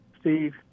steve